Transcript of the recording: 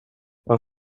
vad